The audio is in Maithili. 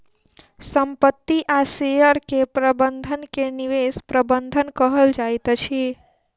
संपत्ति आ शेयर के प्रबंधन के निवेश प्रबंधन कहल जाइत अछि